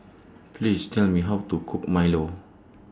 Please Tell Me How to Cook Milo